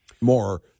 More